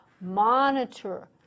Monitor